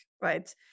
right